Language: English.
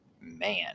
man